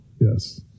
Yes